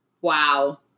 Wow